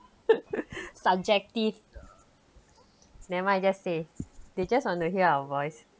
subjective never mind just say they just want to hear our voice